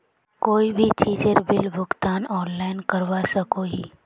कोई भी चीजेर बिल भुगतान ऑनलाइन करवा सकोहो ही?